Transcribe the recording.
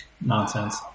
nonsense